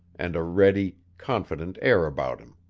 and a ready, confident air about him.